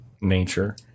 nature